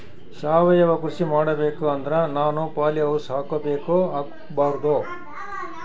ಸಾವಯವ ಕೃಷಿ ಮಾಡಬೇಕು ಅಂದ್ರ ನಾನು ಪಾಲಿಹೌಸ್ ಹಾಕೋಬೇಕೊ ಹಾಕ್ಕೋಬಾರ್ದು?